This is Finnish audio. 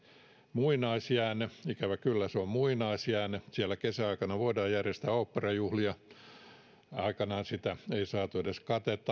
muinaisjäänne ikävä kyllä se on muinaisjäänne siellä kesäaikana voidaan järjestää oopperajuhlia aikanaan sitä ei saanut edes